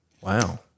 Wow